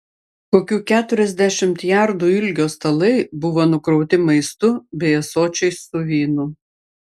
kokių keturiasdešimt jardų ilgio stalai buvo nukrauti maistu bei ąsočiais su vynu